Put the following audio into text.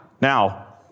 Now